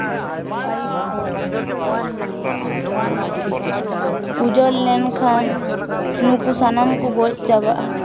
ᱩᱡᱟᱹᱲ ᱞᱮᱱᱠᱷᱟᱱ ᱱᱩᱠᱩ ᱥᱟᱱᱟᱢ ᱠᱚ ᱜᱚᱡ ᱪᱟᱵᱟᱜᱼᱟ